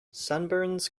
sunburns